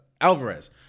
Alvarez